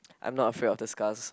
I'm not afraid of discuss